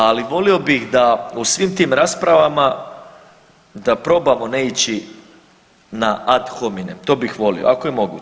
Ali volio bih da u svim tim raspravama da probamo ne ići na ad hominem to bih volio ako je moguće.